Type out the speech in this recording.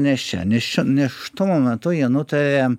nėščia nėščia nėštumo metu jie nutarė